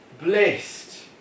blessed